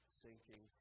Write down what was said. sinking